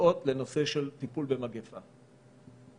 שנוגעות לנושא טיפול במגפה.